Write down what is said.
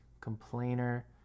complainer